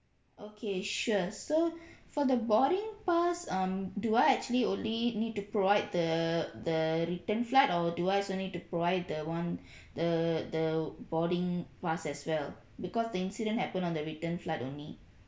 okay sure so for the boarding pass um do I actually only need to provide the the return flight or do I also need to provide the one the the boarding pass as well because the incident happen on the return flight only